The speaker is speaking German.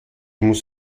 muss